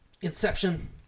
Inception